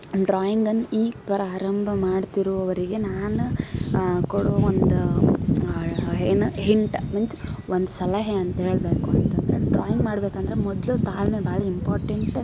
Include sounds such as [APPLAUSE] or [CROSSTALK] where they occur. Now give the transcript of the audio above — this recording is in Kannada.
ಡ್ರಾಯಿಂಗನ್ನ ಈಗ ಪ್ರಾರಂಭ ಮಾಡ್ತಿರುವವರಿಗೆ ನಾನು ಕೊಡುವ ಒಂದು ಏನು ಹಿಂಟ್ [UNINTELLIGIBLE] ಒಂದು ಸಲಹೆ ಅಂತ ಹೇಳಬೇಕು ಅಂತ ಅಂದ್ರೆ ಡ್ರಾಯಿಂಗ್ ಮಾಡಬೇಕಂದ್ರೆ ಮೊದ್ಲು ತಾಳ್ಮೆ ಭಾಳ ಇಂಪೋರ್ಟೆಂಟ್